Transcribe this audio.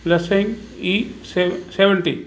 लसैंग ई से सेवंटी